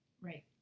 right